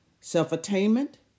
Self-attainment